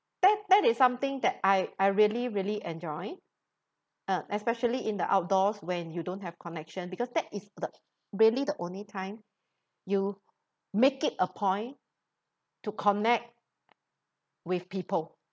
that that is something that I I really really enjoy uh especially in the outdoors when you don't have connection because that is the really the only time you make it a point to connect with people